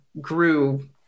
grew